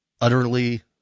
utterly